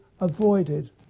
avoided